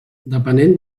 depenent